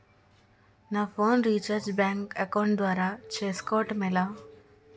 నా phone recharge bank account ద్వారా చేసుకోవటం ఎలా?